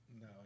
No